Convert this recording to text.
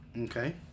Okay